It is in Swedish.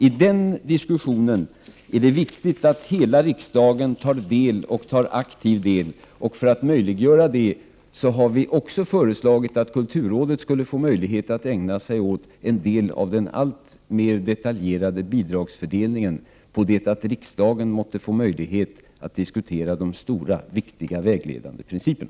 I den diskussionen är det viktigt att hela riksdagen tar del — aktiv del — och för att möjliggöra det har vi också föreslagit att kulturrådet skall få möjlighet att ägna sig åt en del av den alltmer detaljerade bidragsfördelningen, på det att riksdagen måtte få möjlighet att diskutera de stora, viktiga och vägledande principerna.